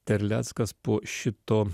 terleckas po šito